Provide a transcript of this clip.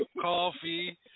Coffee